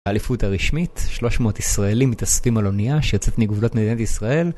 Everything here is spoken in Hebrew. אליפות הרשמית, 300 ישראלים מתאספים על אונייה שיוצאת מגובלות מדינת ישראל